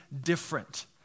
different